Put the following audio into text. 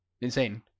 insane